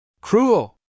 cruel